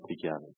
together